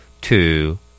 Two